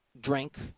drink